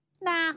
Nah